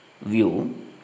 view